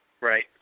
Right